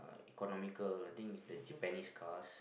economical I think is the Japanese cars